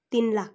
तिन लाख